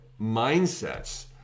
mindsets